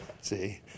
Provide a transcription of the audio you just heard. See